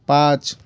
पाँच